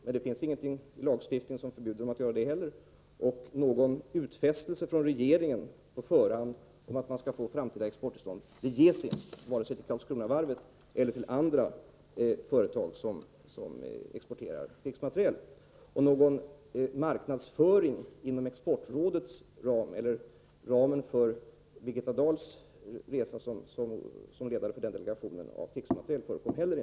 Det finns ingen lagstiftning som förbjuder dem att göra detta, och någon utfästelse från regeringen på förhand om framtida exporttillstånd ges inte, vare sig till Karlskronavarvet eller till andra företag som exporterar krigsmaterial. Någon marknadsföring inom exportrådets ram eller inom ramen för resan med Birgitta Dahl som ledare för delegationen beträffande krigsmaterial förekom inte heller.